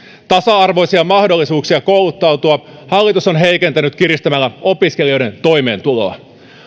tasa arvoisia mahdollisuuksia kouluttautua hallitus on heikentänyt kiristämällä opiskelijoiden toimeentuloa